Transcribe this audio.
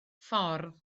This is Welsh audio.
ffordd